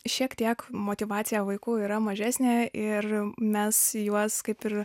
šiek tiek motyvacija vaikų yra mažesnė ir mes juos kaip ir